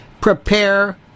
Prepare